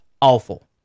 awful